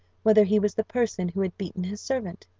whether he was the person who had beaten his servant?